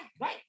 Right